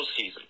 postseason